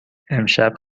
امشب